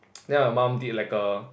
then my mum did like a